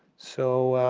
so